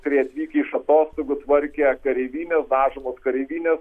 kariai atvykę iš atostogų tvarkė kareivines dažomos kareivinė